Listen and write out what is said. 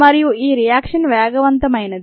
మరియు ఈ రియాక్షన్ వేగవంతమైనది